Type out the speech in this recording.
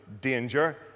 danger